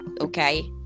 okay